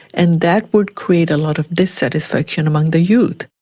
and that would create a lot of dissatisfaction among the youth.